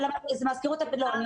זה מזכירות פדגוגית --- אני